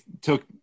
took